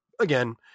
again